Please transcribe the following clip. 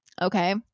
Okay